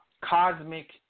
cosmic